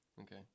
Okay